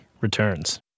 returns